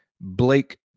Blake